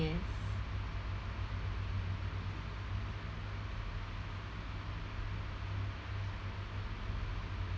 yes